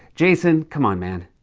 jason, come on, man,